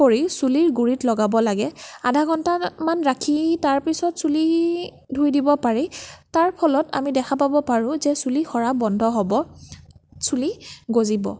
কৰি চুলিৰ গুৰিত লগাব লাগে আধা ঘণ্টামান ৰাখি তাৰপিছত চুলি ধুই দিব পাৰি তাৰ ফলত আমি দেখা পাব পাৰো যে চুলি সৰা বন্ধ হ'ব চুলি গজিব